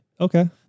Okay